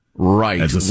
Right